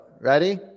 Ready